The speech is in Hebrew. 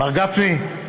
מר גפני,